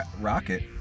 Rocket